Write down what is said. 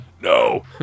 no